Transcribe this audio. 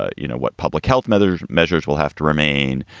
ah you know, what public health measures, measures will have to remain.